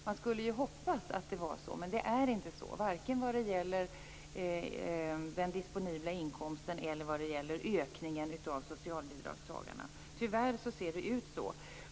Man kunde hoppas att det var så, men det är inte så för vare sig den disponibla inkomsten eller ökningen av socialbidragstagarna. Tyvärr ser det ut så.